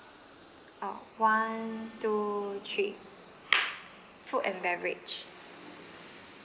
uh one two three food and beverage